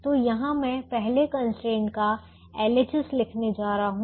तो यहाँ मैं पहले कंस्ट्रेंट का LHS लिखने जा रहा हूँ